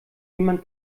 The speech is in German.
niemand